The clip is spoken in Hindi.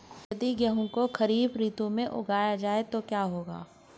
यदि गेहूँ को खरीफ ऋतु में उगाया जाए तो क्या होगा?